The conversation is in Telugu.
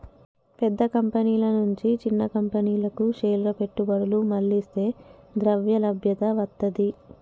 పెద్ద కంపెనీల నుంచి చిన్న కంపెనీలకు షేర్ల పెట్టుబడులు మళ్లిస్తే ద్రవ్యలభ్యత వత్తది